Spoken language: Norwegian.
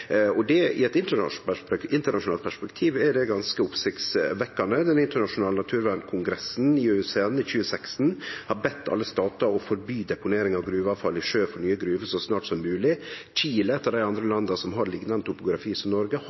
det frå sak til sak. I eit internasjonalt perspektiv er det ganske oppsiktsvekkjande. Den internasjonale naturvernkongressen, IUCN-kongressen, har i 2016 bedt alle statar om å forby deponering av gruveavfall i sjø for nye gruver så snart som mogleg. Chile – eit av dei landa som har liknande topografi som Noreg